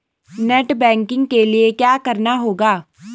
Net banking के लिए क्या करना होगा?